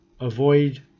avoid